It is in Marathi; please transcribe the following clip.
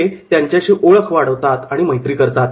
ते त्यांच्याशी ओळख वाढवतात व मैत्री करतात